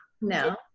no